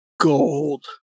gold